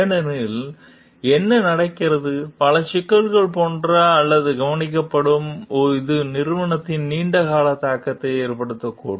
இல்லையெனில் என்ன நடக்கிறது பல சிக்கல்கள் போன்ற அல்லது கவனிக்கப்படும் இது நிறுவனத்திற்கு நீண்ட கால தாக்கங்களை ஏற்படுத்தக்கூடும்